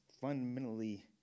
fundamentally